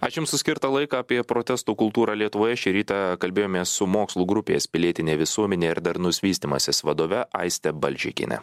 aš jums skirtą laiką apie protestų kultūrą lietuvoje šį rytą kalbėjomės su mokslų grupės pilietinė visuomenė ir darnus vystymasis vadove aiste balžekiene